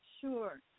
Sure